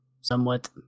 somewhat